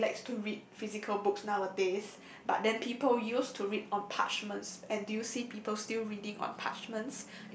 nobody likes to read physical books nowadays but then people used to read on parchments and do you see people still reading on parchment